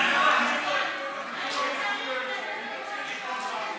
השר מבקש שמית, שמית,